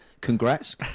congrats